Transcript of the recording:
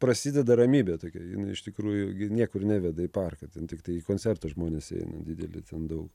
prasideda ramybė tokia jinai iš tikrųjų gi niekur neveda į parką ten tiktai į koncertus žmonės eina ten daug